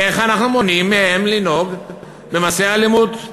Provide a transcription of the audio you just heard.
איך אנחנו מונעים מהם לנהוג במעשי אלימות.